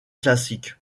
classic